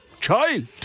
child